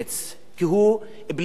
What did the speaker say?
כי הוא בלי רגשות,